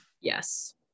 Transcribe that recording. yes